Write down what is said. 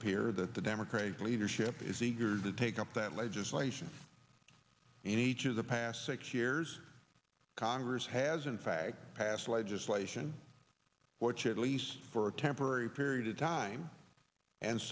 appear that the democratic leadership is eager to take up that legislation in each of the past six years congress has in fact passed legislation which at least for a temporary period of time and